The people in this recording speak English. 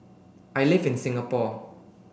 I live in Singapore